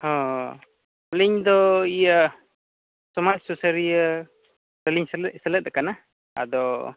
ᱦᱮᱸ ᱟᱹᱞᱤᱧᱫᱚ ᱤᱭᱟᱹ ᱥᱚᱢᱟᱡᱽ ᱥᱩᱥᱟᱹᱨᱤᱭᱟᱹ ᱟᱹᱞᱤᱧ ᱥᱮᱞᱮᱫ ᱥᱮᱞᱮᱫ ᱟᱠᱟᱱᱟ ᱟᱫᱚ